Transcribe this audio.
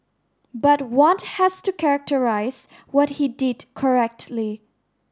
but one has to characterise what he did correctly